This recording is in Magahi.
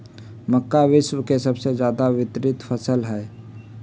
मक्का विश्व के सबसे ज्यादा वितरित फसल हई